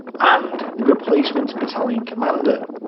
and the replacement battalion commander.